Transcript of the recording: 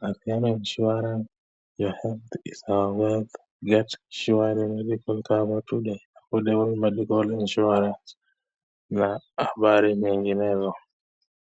'afyano insurance your health is our health get insurable cover today' ni insurance na habari nyinginezo.